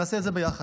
נעשה את זה ביחד,